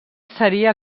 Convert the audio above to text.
seria